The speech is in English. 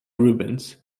rubens